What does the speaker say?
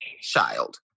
child